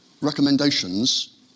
recommendations